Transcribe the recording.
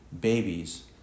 babies